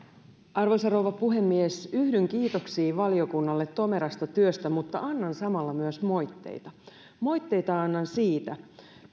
arvoisa rouva puhemies yhdyn kiitoksiin valiokunnalle tomerasta työstä mutta annan samalla myös moitteita moitteita annan siitä